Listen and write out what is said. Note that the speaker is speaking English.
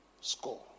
score